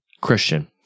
Christian